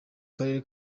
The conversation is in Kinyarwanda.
karere